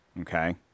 Okay